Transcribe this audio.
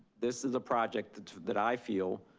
this is a project that i feel